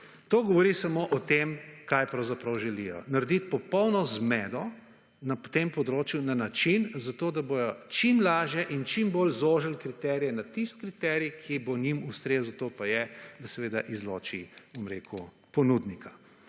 To govori samo o tem, kaj pravzaprav želijo, narediti popolno zmedo na tem področju na način, zato da bojo čim lažje in čim bolj zožili kriterije na tisti kriterij, ki bo njim ustrezal, to pa je, da seveda izloči, bom rekel, ponudnika.